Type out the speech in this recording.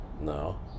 No